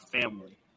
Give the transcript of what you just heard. family